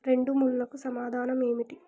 రెండు ముళ్ళకు సమాధానం ఏమిటి